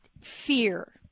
fear